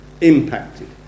impacted